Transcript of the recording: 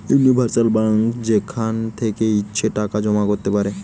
universal bank যেখান থেকে ইচ্ছে টাকা জমা রাখতে পারো